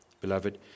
Beloved